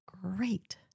great